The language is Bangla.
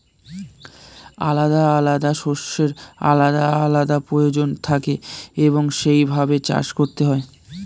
আলাদা আলাদা শস্যের আলাদা আলাদা প্রয়োজন থাকে এবং সেই ভাবে চাষ করতে হয়